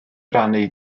rannu